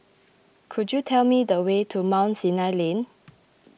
could you tell me the way to Mount Sinai Lane